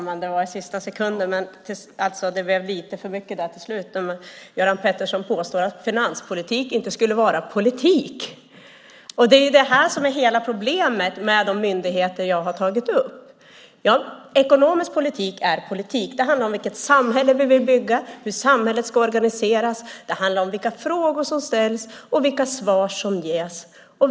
Herr talman! Det blev till slut lite för mycket när Göran Pettersson påstod att finanspolitik inte skulle vara politik. Det är det här som är hela problemet med de myndigheter jag har tagit upp. Ekonomisk politik är politik. Det handlar om vilket samhälle vi vill bygga, hur samhället ska organiseras. Det handlar om vilka frågor som ställs och vilka svar som ges.